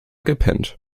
gepennt